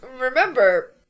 Remember